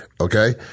Okay